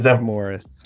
Morris